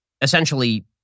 essentially